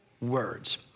words